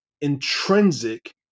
intrinsic